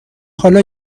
حالا